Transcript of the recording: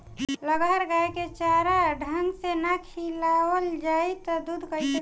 लगहर गाय के चारा ढंग से ना खियावल जाई त दूध कईसे करी